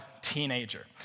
teenager